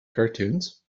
cartoons